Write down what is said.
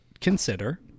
consider